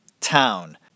Town